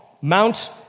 Mount